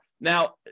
Now